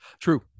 True